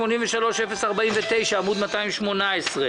בקשה מס' 83-049 אושרה.